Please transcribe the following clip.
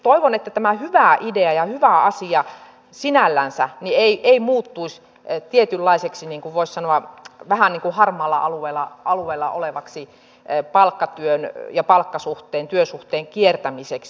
toivon että tämä hyvä idea ja hyvä asia sinällään ei muuttuisi tietynlaiseksi niin kuin voisi sanoa vähän niin kuin harmaalla alueella olevaksi palkkatyön ja palkkasuhteen työsuhteen kiertämiseksi